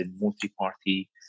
multi-party